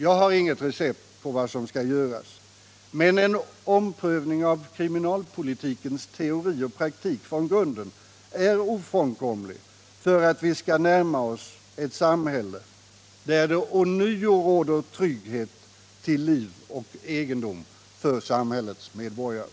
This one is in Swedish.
Jag har inget recept på vad som skall göras, men en omprövning av kriminalpolitikens teori och praktik från grunden är ofrånkomlig för att vi skall närma oss ett samhälle där det ånyo råder trygghet till liv och egendom för samhällets medborgare.